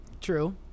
true